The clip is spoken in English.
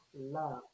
love